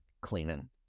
cleaning